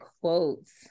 quotes